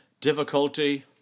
difficulty